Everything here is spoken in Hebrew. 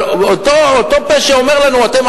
אבל אותו פה שאומר לנו: אתם,